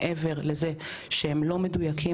מעבר לזה שהם לא מדויקים,